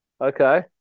Okay